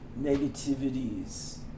negativities